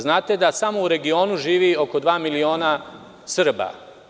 Znate da samo u regionu živi oko dva miliona Srba.